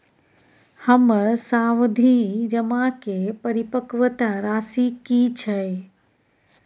हमर सावधि जमा के परिपक्वता राशि की छै?